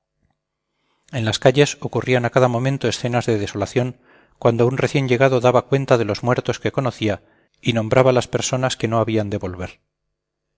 en las calles ocurrían a cada momento escenas de desolación cuando un recién llegado daba cuenta de los muertos que conocía y nombraba las personas que no habían